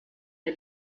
bei